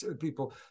people